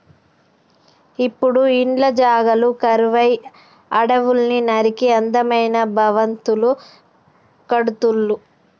ఇప్పుడు ఇండ్ల జాగలు కరువై అడవుల్ని నరికి అందమైన భవంతులు కడుతుళ్ళు